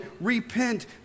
Repent